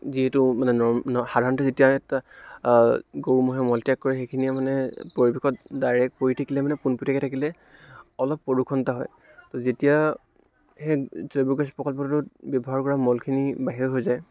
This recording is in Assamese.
যিহেতু মানে নৰ্ম ন সাধাৰণতে যেতিয়া এটা গৰু ম'হে মলত্যাগ কৰে সেইখিনিয়ে মানে পৰিৱেশত ডাইৰেক্ট পৰি থাকিলে মানে পোনপটীয়াকৈ থাকিলে অলপ প্ৰদূষণ এটা হয় ত' যেতিয়া সেই জৈৱ গেছ প্ৰকল্পটোত ব্যৱহাৰ কৰা মলখিনি বাহিৰ হৈ যায়